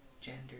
gender